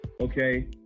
okay